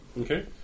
Okay